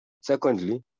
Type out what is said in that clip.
Secondly